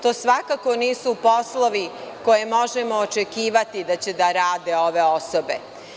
To svakako nisu poslovi koje možemo očekivati da će da rade ove osobe.